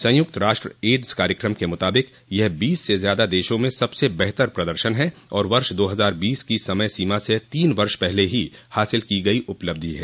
संयुक्त राष्ट्र एड्स कार्यक्रम के मुताबिक यह बीस से ज्यादा देशों में सबसे बेहतर प्रदर्शन है और वर्ष दो हजार बीस की समय सीमा से तीन वर्ष पहले ही हासिल की गयी उपलब्धि है